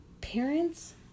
Parents